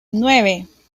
nueve